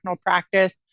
practice